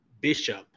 Bishop